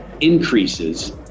increases